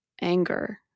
anger